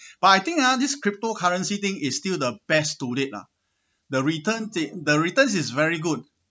but I think ah these cryptocurrency thing is still the best to rate lah the return is the returns is very good